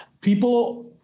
People